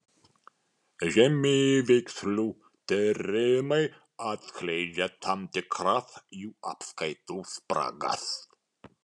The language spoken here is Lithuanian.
žemėveikslių tyrimai atskleidžia tam tikras jų apskaitos spragas